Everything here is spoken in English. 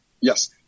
Yes